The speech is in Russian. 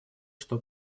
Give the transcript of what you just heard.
что